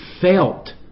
felt